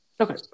Okay